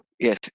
Yes